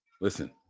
Listen